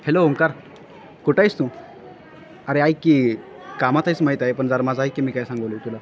hello Omkar कुठं आहेस तू अरे ऐक की कामात आहेस माहीत आहे पण जरा माझा ऐक की मी काय सांगतो आहे तुला